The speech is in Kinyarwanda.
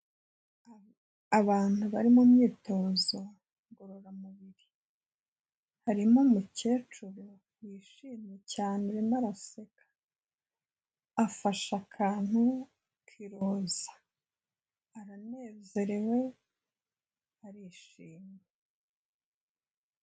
Abantu bari mu myitozo ngororamubiri, harimo umukecuru wishimye cyane arimo araseka, afasha akantu k'iroza, aranezerewe arishimye.